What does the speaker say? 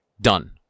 Done